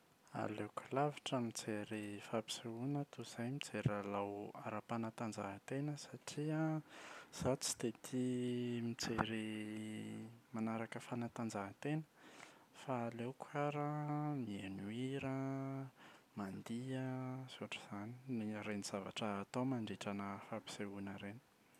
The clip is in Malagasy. Aleoko lavitra mijery fampisehoana toy izay mijery lalao ara-panatanjahantena satria izaho tsy dia tia mijery manaraka fanatanjahantena fa aleoko ary an mihaino hira, mandihy an sy ohatra izany. Ny-ireny zavatra atao mandritra ana fampisehoana ireny.